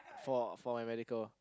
for for my medical